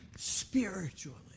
Spiritually